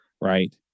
right